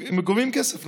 הם גובים כסף,